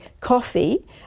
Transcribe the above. coffee